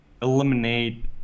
eliminate